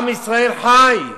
עם ישראל חי,